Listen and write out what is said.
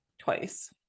Twice